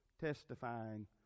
testifying